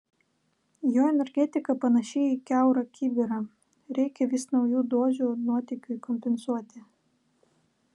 jo energetika panaši į kiaurą kibirą reikia vis naujų dozių nuotėkiui kompensuoti